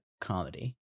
comedy